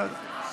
בסדר.